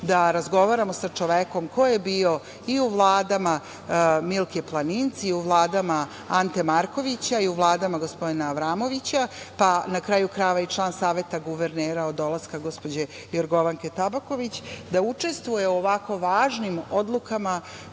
da razgovaramo sa čovekom koji je bio i u vladama Milke Planinc i u vladama Ante Markovića i u vladama gospodina Avramovića, pa, na kraju krajeva, i član Saveta guvernera od dolaska gospođe Jorgovanke Tabaković, da učestvuje u ovako važnim odlukama